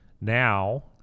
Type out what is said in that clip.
Now